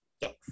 yes